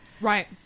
Right